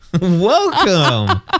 Welcome